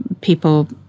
people